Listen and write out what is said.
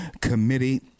Committee